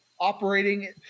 operating